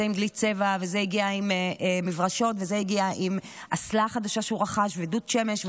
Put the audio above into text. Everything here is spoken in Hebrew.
זה עם דלי צבע וזה עם מברשות וזה הגיע עם אסלה חדשה שהוא רכש ודוד שמש,